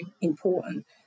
important